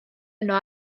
yno